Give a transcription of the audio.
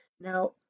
Now